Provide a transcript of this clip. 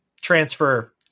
transfer